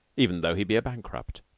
even though he be a bankrupt.